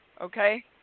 Okay